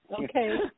Okay